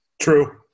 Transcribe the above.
True